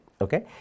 okay